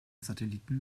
satelliten